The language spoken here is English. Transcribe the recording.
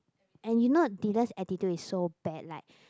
and you know Dylan attitude is so bad like